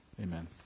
Amen